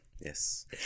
yes